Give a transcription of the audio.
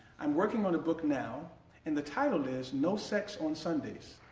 i'm working on a book now and the title is no sex on sundays.